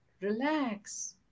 relax